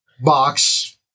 box